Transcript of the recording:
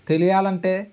తెలియాలి అంటే